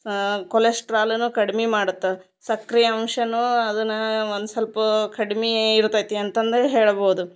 ಆ ಕೊಲೆಸ್ಟ್ರಾಲುನು ಕಡಿಮಿ ಮಾಡತ್ತ ಸಕ್ರಿಯ ಅಂಶನೂ ಅದನ್ನ ಒಂದ್ ಸ್ವಲ್ಪ ಕಡಿಮಿ ಇರ್ತೈತಿ ಅಂತ ಅಂದು ಹೇಳ್ಬೋದು